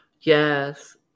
Yes